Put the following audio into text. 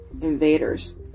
invaders